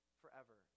forever